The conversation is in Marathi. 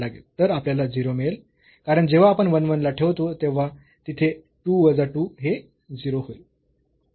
तर आपल्याला 0 मिळेल कारण जेव्हा आपण 1 1 ला ठेवतो तेव्हा तिथे 2 वजा 2 हे 0 होईल